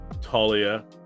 Talia